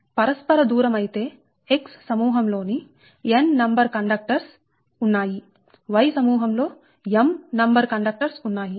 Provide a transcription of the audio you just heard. కాబట్టి పరస్పర దూరమైతే X సమూహం లో n నంబర్ కండక్టర్స్ ఉన్నాయిY సమూహం లో m నంబర్ కండక్టర్స్ ఉన్నాయి